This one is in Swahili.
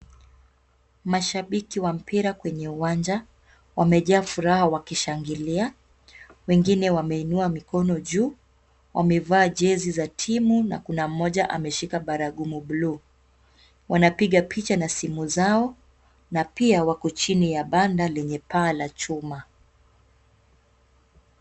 Mashabiki wa mpira kwenye uwanja, wamejaa furaha wakishangilia, wengine wameinua mikono juu, wamevaa jezi za timu na kuna mmoja ameshika baragumu bluu, wanapiga picha na simu zao na pia wako chini ya banda lenye paa la chuma.